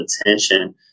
attention